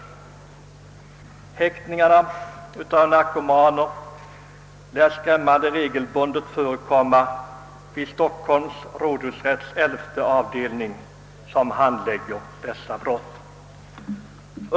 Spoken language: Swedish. Häktningar av narkomaner lär skrämmande regelbundet förekomma vid Stockholms rådhusrätts elfte avdelning, som handlägger dessa brott.